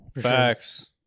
Facts